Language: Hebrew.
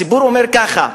הסיפור אומר ככה: